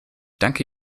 danke